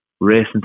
racing